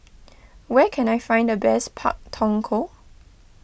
where can I find the best Pak Thong Ko